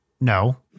no